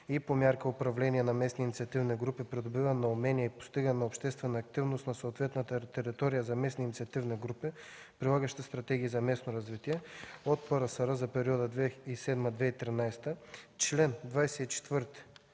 и по мярка „Управление на местни инициативни групи, придобиване на умения и постигане на обществена активност” на съответната територия за местни инициативни групи, прилагащи стратегии за местно развитие от Програма за развитие на селските